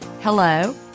hello